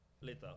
Later